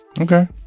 Okay